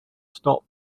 stop